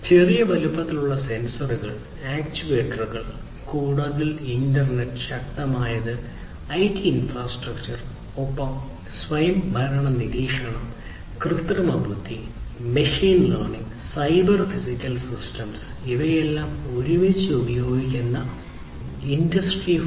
ചെറിയ വലുപ്പത്തിലുള്ള സെൻസറുകൾ ആക്യുവേറ്ററുകൾ കൂടുതൽ ശക്തമായ ഇന്റർനെറ്റ് ഐടി ഇൻഫ്രാസ്ട്രക്ചർ ഒപ്പം സ്വയംഭരണ നിരീക്ഷണം കൃത്രിമബുദ്ധി മെഷീൻ ലേണിംഗ് സൈബർ ഫിസിക്കൽ സിസ്റ്റങ്ങൾ ഇവയെല്ലാം ഒരുമിച്ച് ഉപയോഗിക്കുന്നത് ഇൻഡസ്ട്രി 4